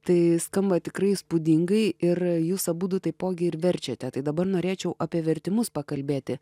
tai skamba tikrai įspūdingai ir jūs abudu taipogi ir verčiate tai dabar norėčiau apie vertimus pakalbėti